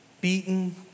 beaten